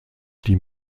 die